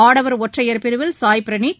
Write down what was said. ஆடவர் ஒற்றையர் பிரிவில் சாய் பிரனீத்